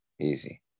easy